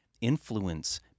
influence